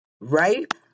Right